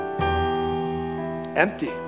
empty